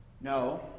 No